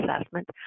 assessment